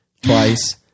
twice